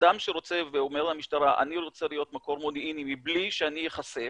אדם שרוצה ואומר למשטרה שהוא רוצה להיות מקור מודיעיני מבלי שהוא ייחשף